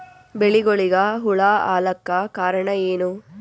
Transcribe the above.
ಬೆಳಿಗೊಳಿಗ ಹುಳ ಆಲಕ್ಕ ಕಾರಣಯೇನು?